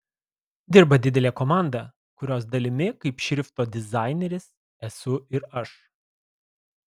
dirba didelė komanda kurios dalimi kaip šrifto dizaineris esu ir aš